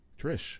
Trish